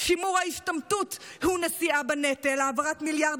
אלא באיבה.